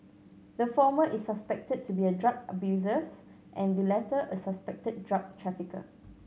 the former is suspected to be a drug abusers and the latter a suspected drug trafficker